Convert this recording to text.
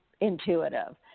intuitive